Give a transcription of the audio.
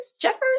Jeffers